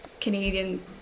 Canadian